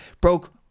broke